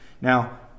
Now